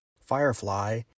Firefly